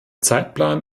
zeitplan